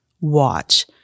watch